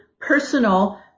personal